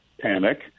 panic